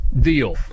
deal